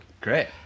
great